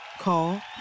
Call